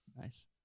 Nice